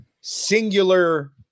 singular